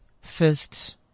first